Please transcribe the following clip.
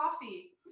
Coffee